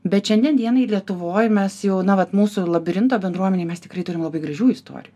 bet šiandien dienai lietuvoj mes jau na vat mūsų labirinto bendruomenėj mes tikrai turim labai gražių istorijų